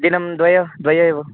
दिनं द्वे द्वे एव